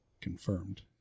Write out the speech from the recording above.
confirmed